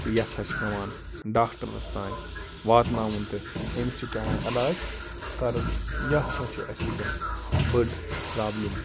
تہٕ یہِ ہَسا چھِ پٮ۪وان ڈاکٹرَس تام واتناوُن تہِ أمِس چھِ پٮ۪وان علاج کَرُن یہِ ہَسا چھِ اَسہِ وٕنۍکٮ۪ن بٔڑ پرٛابلِم